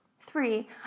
Three